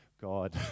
God